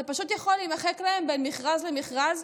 זה פשוט יכול להימחק להם בין מכרז למכרז.